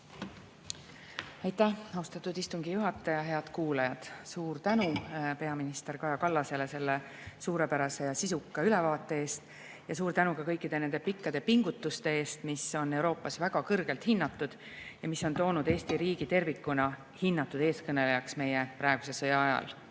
Aitäh, austatud istungi juhataja! Head kuulajad! Suur tänu peaminister Kaja Kallasele selle suurepärase ja sisuka ülevaate eest! Ja suur tänu ka kõikide nende pikkade pingutuste eest, mis on Euroopas väga kõrgelt hinnatud ja mis on toonud Eesti riigi tervikuna hinnatud eestkõnelejaks meie praeguse sõja ajal. Aga